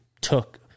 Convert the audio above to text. took